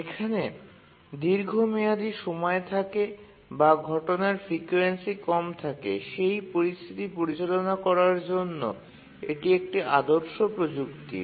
যেখানে দীর্ঘমেয়াদী সময় থাকে বা ঘটনার ফ্রিকোয়েন্সি কম থাকে সেই পরিস্থিতি পরিচালনা করার জন্য এটি একটি আদর্শ প্রযুক্তি